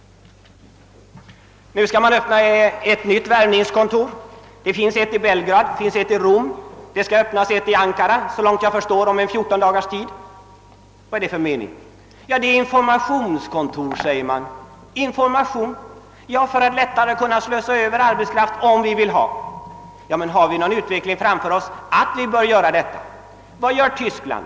Nu skall ett nytt värvningskontor öppnas. Det finns redan ett i Belgrad och ett i Rom, och det nu aktuella skall öppnas i Ankara om 14 dagar. Vad är det för mening med detta? Jo, det uppges att det skall vara ett informationskontor. För vad slags information? Jo, information för att underlätta att arbetskraft skall kunna slussas över till oss om vi vill ha sådan. Har vi då någon utveckling framför oss som tyder på att vi bör göra detta? Vad gör man t.ex. i Tyskland?